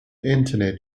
internet